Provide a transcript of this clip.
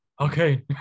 okay